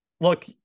look